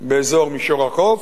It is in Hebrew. באזור מישור החוף.